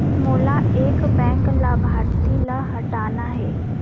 मोला एक बैंक लाभार्थी ल हटाना हे?